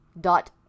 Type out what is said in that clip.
dot